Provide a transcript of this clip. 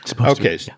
Okay